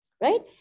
Right